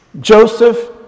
Joseph